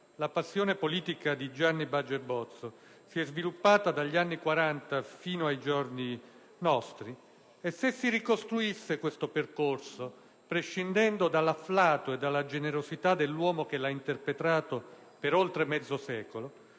la passione politica di Gianni Baget Bozzo si è sviluppata dagli anni Quaranta fino ai giorni nostri, e si ricostruisse questo percorso prescindendo dall'afflato e dalla generosità dell'uomo che lo ha interpretato per oltre mezzo secolo,